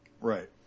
Right